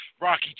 Rocky